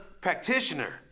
practitioner